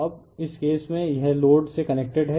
अब इस केस में यह लोड से कनेक्टेड है